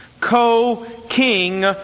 co-king